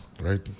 right